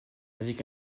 avec